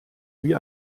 wie